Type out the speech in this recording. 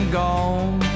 gone